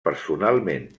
personalment